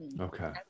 okay